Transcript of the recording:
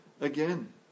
again